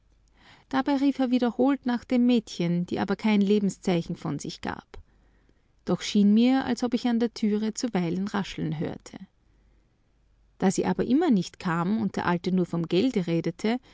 dabei rief er wiederholt nach dem mädchen die aber kein lebenszeichen von sich gab doch schien mir als ob ich an der türe zuweilen rascheln hörte da sie aber immer nicht kam und der alte nur vom gelde redete